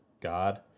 God